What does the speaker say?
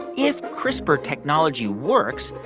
if crispr technology works,